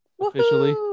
Officially